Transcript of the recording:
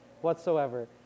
whatsoever